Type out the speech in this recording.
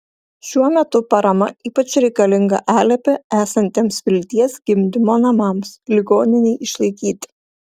šiuo metu parama ypač reikalinga alepe esantiems vilties gimdymo namams ligoninei išlaikyti